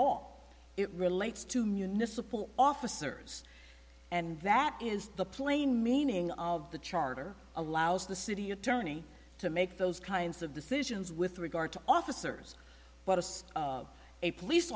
all it relates to municipal officers and that is the plain meaning of the charter allows the city attorney to make those kinds of decisions with regard to officers but as a police